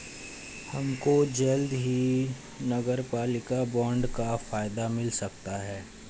हमको जल्द ही नगरपालिका बॉन्ड का फायदा मिल सकता है